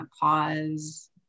pause